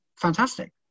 fantastic